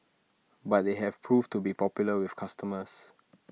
but they have proved to be popular with customers